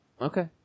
Okay